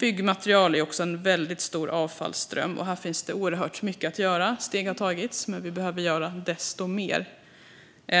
Byggmaterial skapar också en väldigt stor avfallsström. Här finns det oerhört mycket att göra. Steg har tagits. Men vi behöver göra desto mer. Det